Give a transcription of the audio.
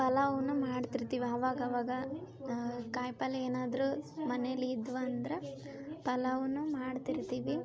ಪಲಾವನ್ನೂ ಮಾಡ್ತಿರ್ತೀವಿ ಅವಾಗಾವಾಗ ಕಾಯಿ ಪಲ್ಲೆ ಏನಾದರೂ ಮನೇಲಿ ಇದ್ವಾ ಅಂದ್ರ ಪಲಾವನ್ನೂ ಮಾಡ್ತಿರ್ತೀವಿ